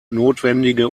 notwendige